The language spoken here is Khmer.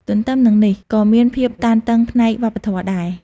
ទន្ទឹមនឹងនេះ ក៏មានភាពតានតឹងផ្នែកវប្បធម៌ដែរ។